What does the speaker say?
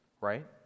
right